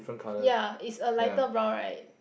ya it's a lighter brown right